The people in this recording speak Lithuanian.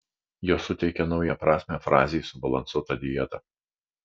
jos suteikia naują prasmę frazei subalansuota dieta